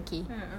a'ah